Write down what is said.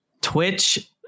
twitch